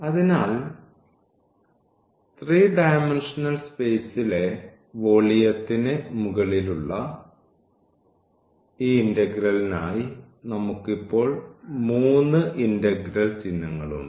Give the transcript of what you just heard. അതിനാൽ 3D സ്പേസിലെ വോളിയത്തിന് മുകളിലുള്ള ഈ ഇന്റഗ്രലിനായി നമുക്ക് ഇപ്പോൾ മൂന്ന് ഇന്റഗ്രൽ ചിഹ്നങ്ങൾ ഉണ്ട്